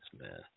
man